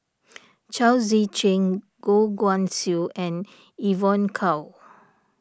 Chao Tzee Cheng Goh Guan Siew and Evon Kow